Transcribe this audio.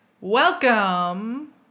Welcome